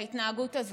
בהתנהגות הזו.